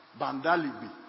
Bandalibi